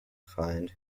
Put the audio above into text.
find